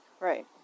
Right